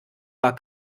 war